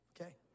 Okay